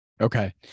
Okay